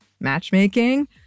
matchmaking